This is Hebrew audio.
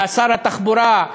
שר התחבורה,